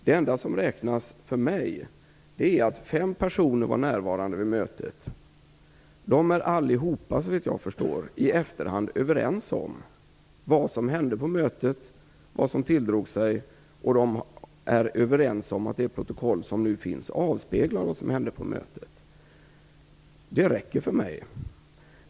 Det enda som räknas för mig är att fem personer var närvarande vid mötet. Såvitt jag förstår är alla i efterhand överens om vad som hände på mötet. De är överens om att det protokoll som nu finns avspeglar vad som hände på mötet. Det räcker för mig.